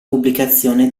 pubblicazione